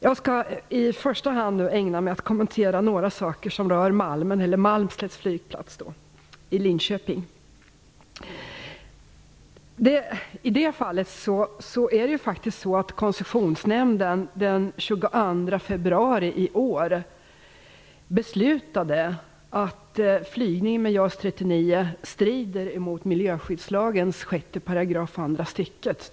Jag skall i första hand ägna mig åt att något kommentera några frågor som rör Malmslätts flygfält i Linköping. februari i år att flygning med JAS 39 Gripen strider mot miljöskyddslagens 6 § 2 st.